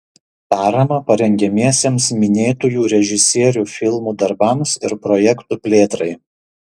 paramą parengiamiesiems minėtųjų režisierių filmų darbams ir projektų plėtrai